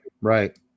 Right